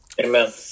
Amen